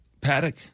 Paddock